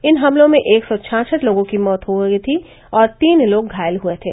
इन हमलों में एक सौ छाछठ लोगों की मौत हो हुई थी और तीन लोग घायल हुए थे